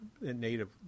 native